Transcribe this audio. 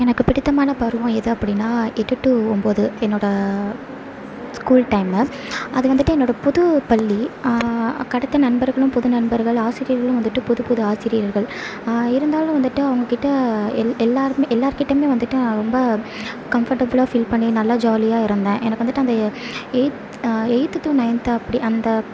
எனக்கு பிடித்தமான பருவம் எது அப்படினா எட்டு டூ ஒம்பது என்னோட ஸ்கூல் டைம் தான் அது வந்துவிட்டு என்னோட புது பள்ளி கிடைத்த நண்பர்களும் புது நண்பர்கள் ஆசிரியர்களும் வந்துவிட்டு புது புது ஆசிரியர்கள் இருந்தாலும் வந்துவிட்டு அவங்க கிட்ட எல் எல்லாருமே எல்லார்க்கிட்டையுமே வந்துட்டு நான் ரொம்ப கம்ஃபடபுலாக பீல் பண்ணி நல்லா ஜாலியாக இருந்தேன் எனக்கு வந்துவிட்டு அந்த எயிட்த் எயிட்த்து டூ நைன்த்து அப்படி அந்த